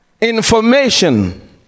information